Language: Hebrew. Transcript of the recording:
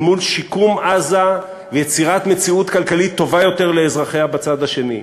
אל מול שיקום עזה ויצירת מציאות כלכלית טובה יותר לאזרחיה בצד השני.